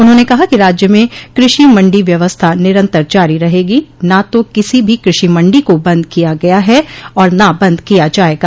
उन्होंने कहा कि राज्य में कृषि मंडी व्यवस्था निरन्तर जारी रहेगी न तो किसी भी कृषि मंडी को बंद किया गया है और न बंद किया जायेगा